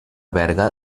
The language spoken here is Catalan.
berga